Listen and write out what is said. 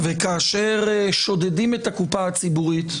כאשר שודדים את הקופה הציבורית,